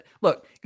look